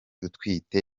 utwite